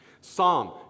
Psalm